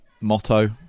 motto